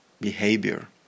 behavior